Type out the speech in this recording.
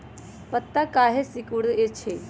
पत्ता काहे सिकुड़े छई?